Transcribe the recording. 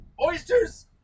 oysters